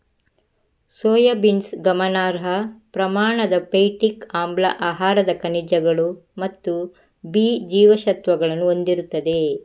soybeans ಗಮನಾರ್ಹ ಪ್ರಮಾಣದ phytic ಆಮ್ಲ, ಆಹಾರದ ಖನಿಜಗಳು ಮತ್ತು ಬಿ ಜೀವಸತ್ವಗಳನ್ನು ಹೊಂದಿರುತ್ತದೆ